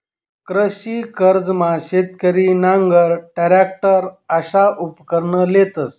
कृषी कर्जमा शेतकरी नांगर, टरॅकटर अशा उपकरणं लेतंस